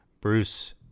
Bruce